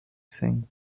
sing